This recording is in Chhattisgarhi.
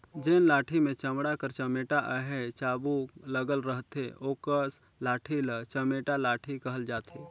जेन लाठी मे चमड़ा कर चमेटा चहे चाबूक लगल रहथे ओकस लाठी ल चमेटा लाठी कहल जाथे